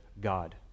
God